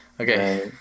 Okay